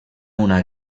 una